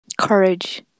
courage